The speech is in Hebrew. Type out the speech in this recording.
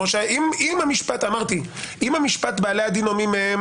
אם המשפט "בעלי הדין או מי מהם",